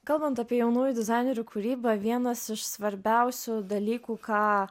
kalbant apie jaunųjų dizainerių kūrybą vienas iš svarbiausių dalykų ką